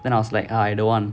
then I was like ah I don't want